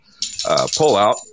pullout